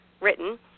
written